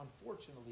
unfortunately